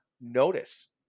notice